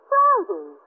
Friday